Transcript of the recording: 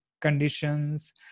conditions